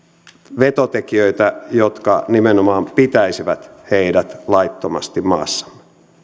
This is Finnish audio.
vetotekijöitä jotka nimenomaan pitäisivät heidät laittomasti maassamme